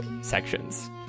sections